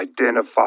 identify